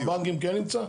בבנקים כן נמצא?